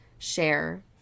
share